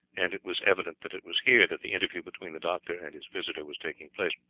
and it was evident that it was here that the interview between the doctor and his visitor was taking place.